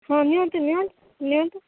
ହଁ ନିଅନ୍ତୁ ନିଅ ନିଅନ୍ତୁ